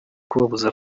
kubabuza